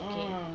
mm